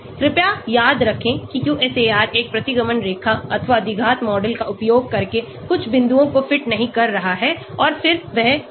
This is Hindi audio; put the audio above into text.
कृपया याद रखें कि QSAR एक प्रतिगमन रेखा अथवा द्विघात मॉडल का उपयोग करके कुछ बिंदुओं को फिट नहीं कर रहा है और फिर वह है